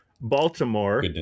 Baltimore